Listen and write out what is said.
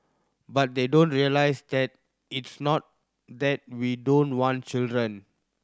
but they don't realise that it's not that we don't want children